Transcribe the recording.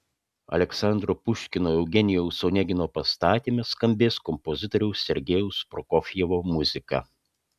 aleksandro puškino eugenijaus onegino pastatyme skambės kompozitoriaus sergejaus prokofjevo muzika